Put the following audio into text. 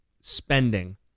spending